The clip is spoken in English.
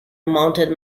mounted